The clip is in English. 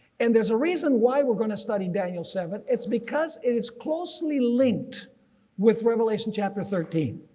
and there is a reason why we're going to study daniel seven. it's because it is closely linked with revelation chapter thirteen.